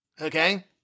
Okay